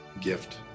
gift